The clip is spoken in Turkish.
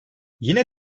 yine